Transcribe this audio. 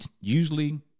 usually